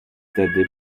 wtedy